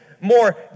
more